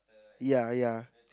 ya ya